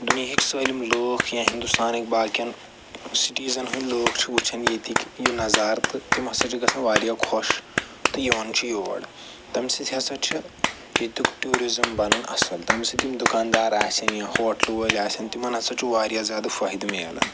دُنیِہِکۍ سٲلِم لٕکھ یا ہندوستانٕکۍ باقین سِٹیٖزن ہِنٛد لٕکھ چھِ وٕچھان ییٚتِکۍ یہِ نظار تہٕ تِم ہَسا چھِ گَژھن وارِیاہ خۄش تہٕ یِوان چھِ یور تَمہِ سۭتۍ ہَسا چھِ ییٚتیُک ٹوٗرِزٕم بنُن اصٕل تَمہِ سۭتۍ یِم دُکان دار آسن یا ہوٹلہٕ وٲلۍ آسن تِمن ہَسا چھُ وارِیاہ زیادٕ فٲہدٕ مِلان